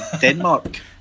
Denmark